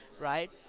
right